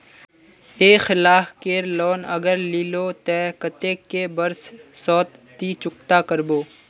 एक लाख केर लोन अगर लिलो ते कतेक कै बरश सोत ती चुकता करबो?